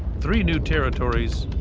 three new territories,